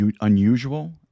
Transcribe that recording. unusual